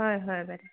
হয় হয় বাইদেউ